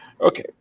Okay